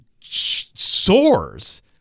soars